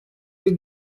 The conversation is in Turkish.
bir